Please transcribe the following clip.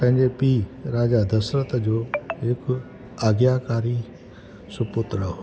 पंहिंजे पीउ राजा दशरथ जो हिकु आज्ञाकारी सुपुत्र हो